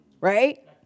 right